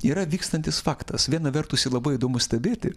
yra vykstantis faktas viena vertus jį labai įdomu stebėti